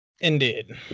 Indeed